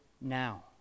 now